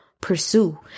pursue